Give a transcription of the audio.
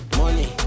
money